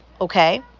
okay